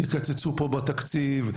יקצצו בתקציב,